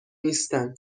نیستن